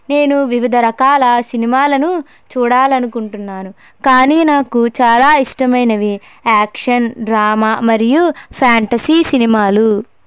నేను వివిధ రకాల సినిమాలను చూడాలనుకుంటున్నాను కానీ నాకు చాలా ఇష్టం అయినవి యాక్షన్ డ్రామా మరియు ఫాంటసీ సినిమాలు